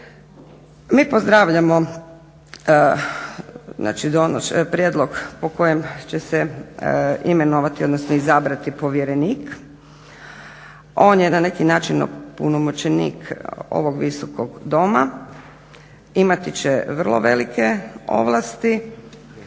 Mi pozdravljamo znači prijedlog po kojem će se imenovati odnosno izabrati povjerenik. On je na neki način opunomoćenik ovog Visokog doma. Imati će vrlo velike ovlasti,